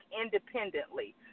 independently